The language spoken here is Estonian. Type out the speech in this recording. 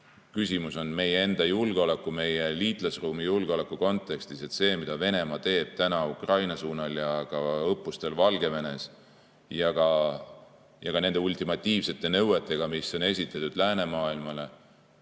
Küsimus on meie enda julgeolekus, meie liitlasruumi julgeolekus. See, mida Venemaa teeb täna Ukraina suunal ja õppustel Valgevenes ja ka nende ultimatiivsete nõuetega, mis on esitatud läänemaailmale